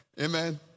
Amen